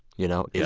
you know. yeah.